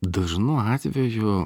dažnu atveju